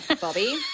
Bobby